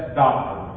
doctor